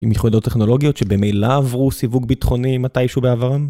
עם יכולות טכנולוגיות שבמילא עברו סיווג ביטחוני מתישהו בעברם?